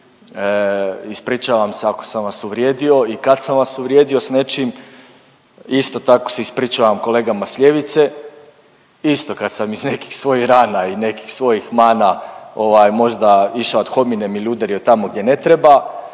ispričavam se ako sam vas uvrijedio i kad sam vas uvrijedio s nečim. Isto tako se ispričavam kolegama s ljevice isto kad sam iz nekih svojih rana i nekih svojih mana ovaj možda išao ad hominem ili udario tamo gdje ne treba